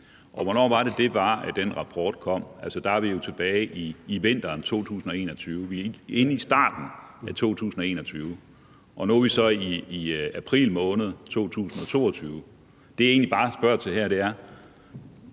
hvornår var det, den rapport kom? Altså, der er vi jo tilbage i vinteren 2021. Det var i starten af 2021, og nu er vi så i april måned 2022. Det, jeg egentlig bare spørger til her,